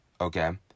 okay